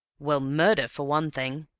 well, murder for one thing.